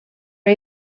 are